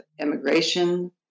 immigration